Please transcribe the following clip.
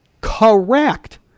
correct